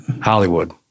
Hollywood